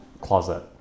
closet